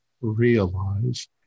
realize